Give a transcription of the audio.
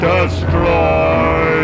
Destroy